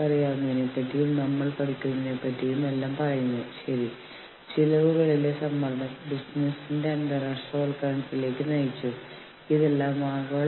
ഒരു സ്ഥാപനം അതിന്റെ ജീവനക്കാർ ഒത്തുചേരുന്നതായി അറിഞ്ഞാൽ ഒരു യൂണിയൻ സബ്സ്റ്റിറ്റ്യൂഷൻ തന്ത്രത്തിലേക്ക് പോകാൻ അത് തീരുമാനിച്ചേക്കാം